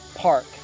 park